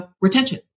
retention